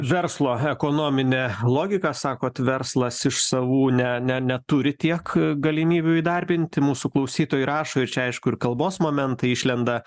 verslo ekonominė logika sakot verslas iš savų ne ne neturi tiek galimybių įdarbinti mūsų klausytojai rašo ir čia aišku ir kalbos momentai išlenda